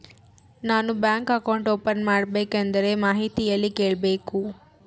ನಾನು bank account open ಮಾಡಬೇಕಂದ್ರ ಮಾಹಿತಿ ಎಲ್ಲಿ ಕೇಳಬೇಕು?